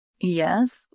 Yes